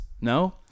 No